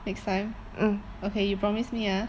next time okay you promise me ah